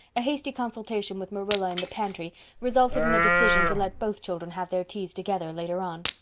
a hasty consultation with marilla in the pantry resulted in a decision to let both children have their teas together later on.